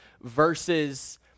Versus